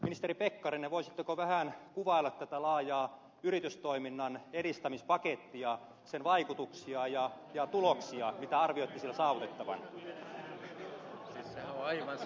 ministeri pekkarinen voisitteko vähän kuvailla tätä laajaa yritystoiminnan edistämispakettia sen vaikutuksia ja tuloksia mitä arvioitte sillä saavutettavan